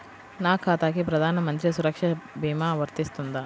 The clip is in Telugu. నా ఖాతాకి ప్రధాన మంత్రి సురక్ష భీమా వర్తిస్తుందా?